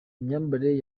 imyambarire